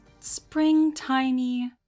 springtimey